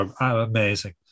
amazing